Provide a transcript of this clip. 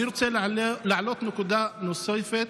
אני רוצה להעלות נקודה נוספת,